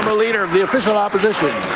leader of the official opposition.